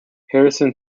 harrison